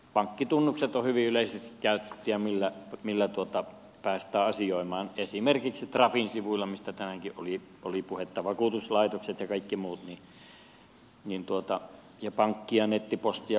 tällä hetkellä pankkitunnukset ovat hyvin yleisesti käytettyjä joilla päästään asioimaan esimerkiksi trafin sivuilla mistä tänäänkin oli puhetta vakuutuslaitosten ja kaikkien muiden pankin ja nettipostin ja kaikkien tämäntyyppisten